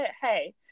hey